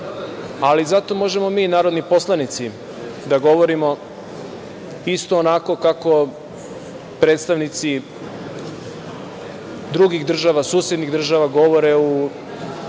ali zato možemo mi narodni poslanici da govorimo isto onako kako predstavnici drugih država, susednih država govore u